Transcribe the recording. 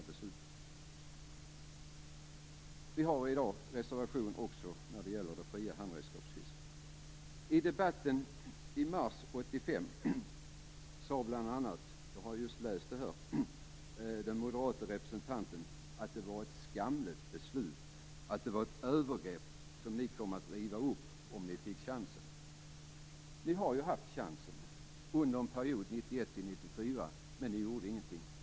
Det finns i dag också en reservation som gäller det fria handredskapsfisket. I debatten i mars 1985 sade bl.a. den moderate representanten - jag har just läst det - att det var ett skamligt beslut och att det var ett övergrepp som ni skulle riva upp om ni fick chansen. Ni har ju haft chansen under perioden 1991-1994, men ni gjorde ingenting.